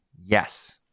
yes